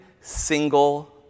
single